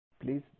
Please